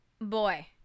Boy